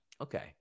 Okay